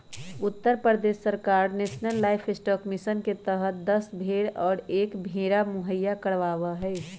उत्तर प्रदेश सरकार national livestock mission के तहद दस भेंड़ और एक भेंड़ा मुहैया करवावा हई